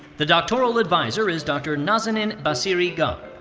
the doctoral advisor is dr. nazanin bassiri-gharb.